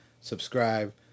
Subscribe